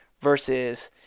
versus